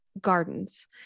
gardens